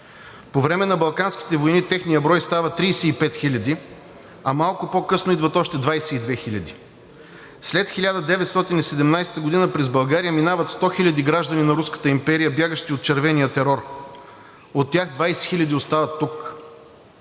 По време на балканските войни техният брой става 35 хиляди, а малко по-късно идват още 22 хиляди. След 1917 г. през България минават 100 хиляди граждани на Руската империя, бягащи от червения терор, от тях 20 хиляди остават тук.